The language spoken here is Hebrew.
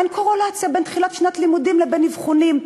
אין קורלציה בין תחילת שנת לימודים לבין אבחונים.